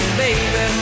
baby